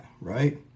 right